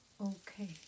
okay